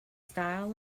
style